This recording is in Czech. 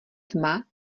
tma